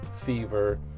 fever